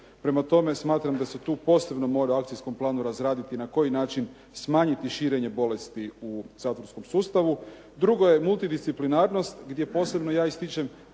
Prema tome, smatram da se tu posebno mora u akcijskom planu razraditi na koji način smanjiti širenje bolesti u zatvorskom sustavu. Drugo je multidisciplinarnost gdje posebno ja ističem